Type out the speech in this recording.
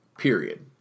period